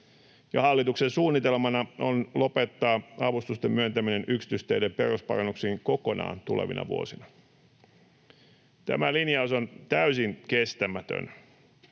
hallituksen suunnitelmana on lopettaa avustusten myöntäminen yksityisteiden perusparannuksiin kokonaan tulevina vuosina. Tämä linjaus on täysin kestämätön.